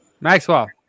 Maxwell